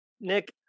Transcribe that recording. Nick